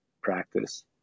practice